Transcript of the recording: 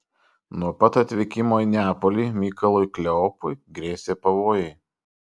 nuo pat atvykimo į neapolį mykolui kleopui grėsė pavojai